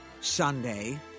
Sunday